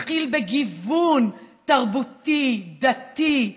מתחיל בגיוון תרבותי, דתי,